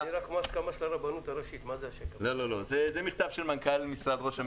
זה מכתב של מנכ"ל משרד ראש הממשלה.